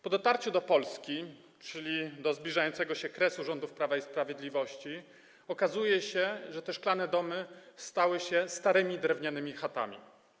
Po dotarciu do Polski, czyli do zbliżającego się kresu rządów Prawa i Sprawiedliwości, okazuje się, że te szklane domy stały się starymi drewnianymi chatami.